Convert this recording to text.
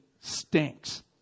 stinks